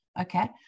Okay